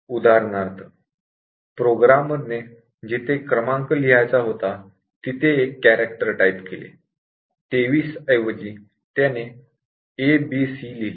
उदाहरणार्थ प्रोग्रामरने जिथे क्रमांक लिहायचा होता तिथे एक कॅरॅक्टर टाइप केले 23 ऐवजी त्यांनी अ ब सी a b c लिहिले